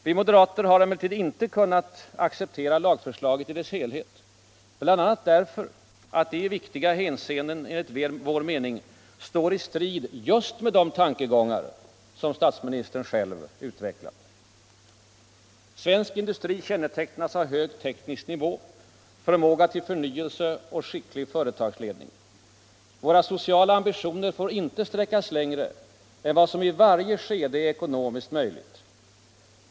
Vi moderater har emellertid inte kunnat acceptera lagförslaget i dess helhet, bl.a. därför att det i viktiga hänseenden enligt vår mening står i strid just med de tankegångar som statsministern själv utvecklat. Svensk industri kännetecknas av hög teknisk nivå, förmåga till för nyelse och skicklig företagsledning. Våra sociala ambitioner får icke sträckas längre än vad som i varje skede är ekonomiskt möjligt.